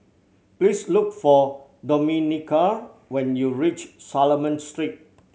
please look for Domenica when you reach Solomon Street